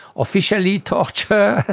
officially torture,